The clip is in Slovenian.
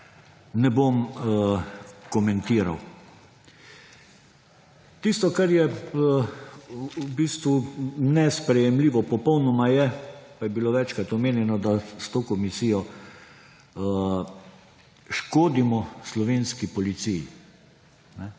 ne bom komentiral. Tisto, kar je v bistvu popolnoma nesprejemljivo, pa je bilo večkrat omenjeno, da s to komisijo škodimo slovenski policiji.